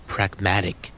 Pragmatic